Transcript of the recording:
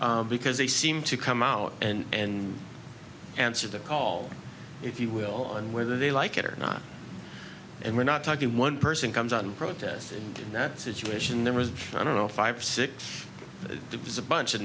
decide because they seem to come out and answer the call if you will and whether they like it or not and we're not talking one person comes out and protest in that situation there was i don't know five or six percent bunch of